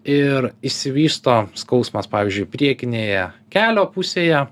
ir išsivysto skausmas pavyzdžiui priekinėje kelio pusėje